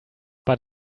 but